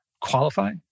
qualify